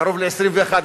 קרוב ל-21%,